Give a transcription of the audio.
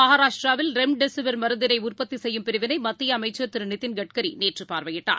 மகாராஷ்டிராவில் ரெம்டெசிவிர் மருந்தினைஉற்பத்திசெய்யும் பிரிவினைமத்தியஅமைச்சா் திருநிதின் கட்கரிநேற்றபார்வையிட்டார்